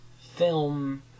film